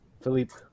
Philippe